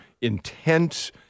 intense